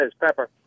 Pepper